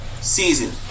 Season